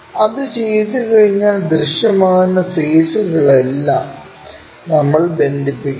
അത് ചെയ്തുകഴിഞ്ഞാൽ ദൃശ്യമാകുന്ന ഫെയ്സ്സുകളെല്ലാം നമ്മൾ ബന്ധിപ്പിക്കുന്നു